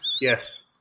Yes